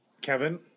kevin